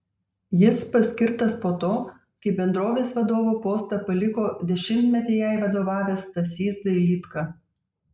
jis paskirtas po to kai bendrovės vadovo postą paliko dešimtmetį jai vadovavęs stasys dailydka